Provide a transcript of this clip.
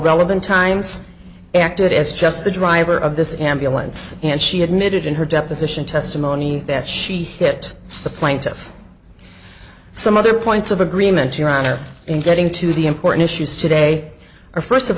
relevant times acted as just the driver of this ambulance and she admitted in her deposition testimony that she hit the plaintiff some other points of agreement your honor in getting to the important issues today are first of